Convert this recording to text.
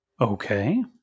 Okay